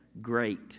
great